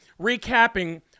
recapping